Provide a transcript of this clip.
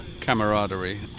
camaraderie